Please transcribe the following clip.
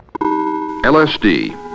LSD